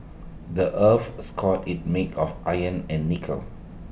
the Earth's core is made of iron and nickel